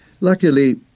Luckily